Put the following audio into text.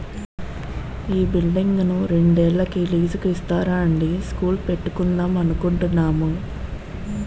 ఈ బిల్డింగును రెండేళ్ళకి లీజుకు ఇస్తారా అండీ స్కూలు పెట్టుకుందాం అనుకుంటున్నాము